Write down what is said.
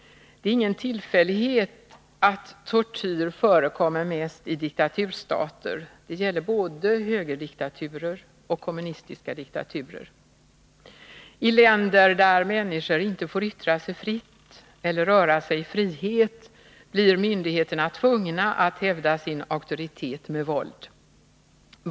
Det är ingen tillfällighet att tortyr förekommer mest i diktaturstater — det gäller både högerdiktaturer och kommunistiska diktaturer. I länder där människor inte får yttra sig fritt eller röra sig i frihet blir myndigheterna tvungna att hävda sin auktoritet med våld.